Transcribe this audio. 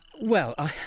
well,